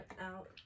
out